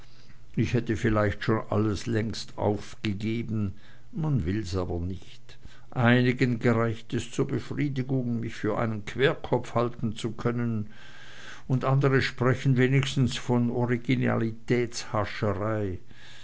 ich hätte vielleicht alles schon längst wieder aufgegeben man will's aber nicht einigen gereicht es zur befriedigung mich für einen querkopf halten zu können und andre sprechen wenigstens von